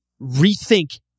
rethink